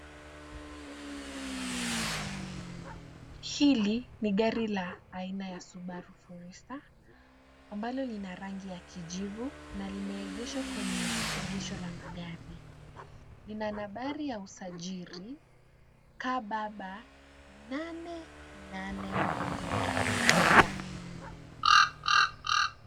Hili ni gari la aina Ya Subaru Forester, ambalo lina rangi ya kijivu na limeegeshwa kwenye egesho la magari. Lina nambari ya usajili KBB 882R.